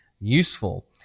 useful